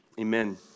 Amen